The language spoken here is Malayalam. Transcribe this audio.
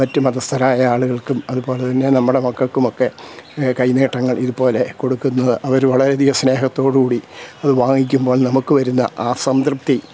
മറ്റു മതസ്ഥരായ ആളുകൾക്കും അതുപോലെ തന്നെ നമ്മുടെ മക്കൾക്കുമൊക്കെ കൈനീട്ടങ്ങൾ ഇതുപോലെ കൊടുക്കുന്നത് അവരു വളരെ അധികം സ്നേഹത്തോടുകൂടി അത് വാങ്ങിക്കുമ്പോ നമുക്ക് വരുന്ന ആ സംതൃപ്തി